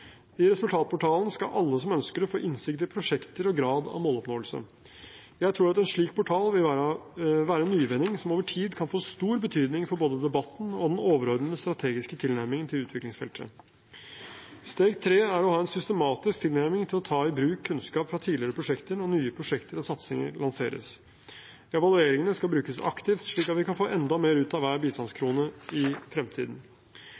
I resultatportalen skal alle som ønsker det, få innsikt i prosjekter og grad av måloppnåelse. Jeg tror at en slik portal vil være en nyvinning som over tid kan få stor betydning for både debatten og den overordnede strategiske tilnærmingen til utviklingsfeltet. Steg tre er å ha en systematisk tilnærming til å ta i bruk kunnskap fra tidligere prosjekter når nye prosjekter og satsinger lanseres. Evalueringene skal brukes aktivt, slik at vi kan få enda mer ut av hver bistandskrone i fremtiden.